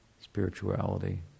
spirituality